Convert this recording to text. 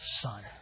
son